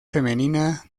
femenina